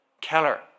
Keller